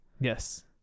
yes